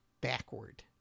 backward